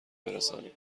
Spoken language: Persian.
برسانیم